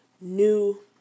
new